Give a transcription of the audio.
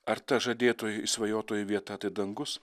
ar ta žadėtoji išsvajotoji vieta tai dangus